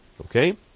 Okay